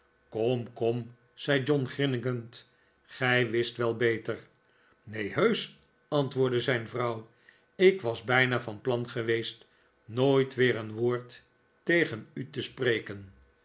kom kom zei john grinnikend gij wist wel beter neen heusch antwoordde zijn vrouw ik was bijna van plan geweest nooit weer een woord tegen u te spreken